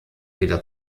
wieder